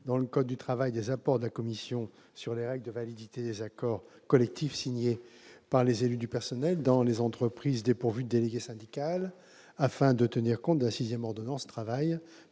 dans le code du travail des apports de la commission sur les règles de validité des accords collectifs signés par les élus du personnel dans les entreprises dépourvues de délégué syndical, afin de tenir compte de la sixième ordonnance « travail